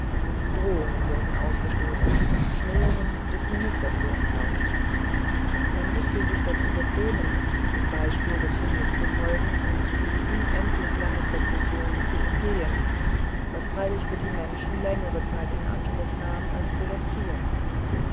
drohungen wurden ausgestoßen schmähungen des ministers wurden laut man mußte sich dazu bequemen dem beispiel des hundes zu folgen und die unendlich lange prozession zu umgehen was freilich für die menschen längere zeit in anspruch nahm als für das tier